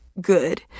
good